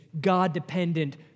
God-dependent